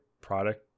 product